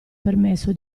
permesso